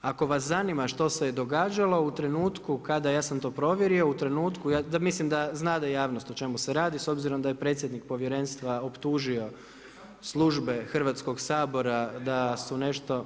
Ako vas zanima što se je događalo u trenutku kada, ja sam to provjerio, u trenutku mislim da znade javnost o čemu se radi s obzirom da je predsjednik povjerenstva optužio službe Hrvatskog sabora da su nešto.